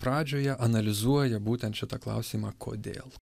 pradžioje analizuoja būtent šitą klausimą kodėl